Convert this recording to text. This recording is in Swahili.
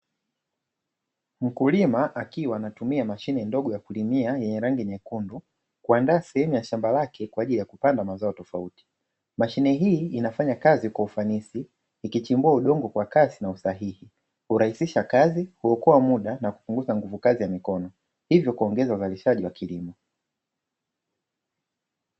Mkulima akiwa anatumia mshine ndogo ya kulimia yenye rangi nyekundu. Kuandaa sehemu ya shamba lake kwa ajili ya kupanda mazao tofauti. Mashine hii inafanya kazi kwa ufanisi ikichimbua udongo kwa kasi na usahihi. Hurahisisha kazi, huokoa muda na kupunguza nguvu kazi ya mikono hivyo kuongeza uzalishaji wa kilimo.